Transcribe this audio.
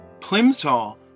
Plimsoll